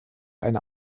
eine